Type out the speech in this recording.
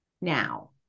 now